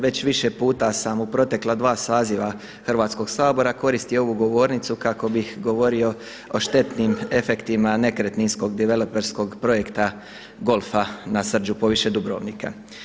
Već više puta sam u protekla dva saziva Hrvatskog sabora koristio ovu govornicu kako bih govorio o štetnim efektima nekretninskog developerskog projekta golfa na Srđu poviše Dubrovnika.